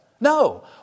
No